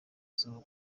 izuba